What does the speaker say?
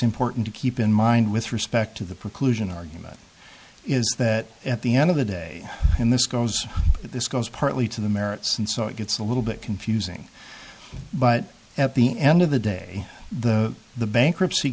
important to keep in mind with respect to the preclusion argument is that at the end of the day when this goes this goes partly to the merits and so it gets a little bit confusing but at the end of the day the the bankruptcy